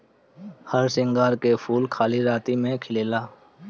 हरसिंगार के फूल खाली राती में खिलेला